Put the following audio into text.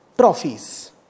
trophies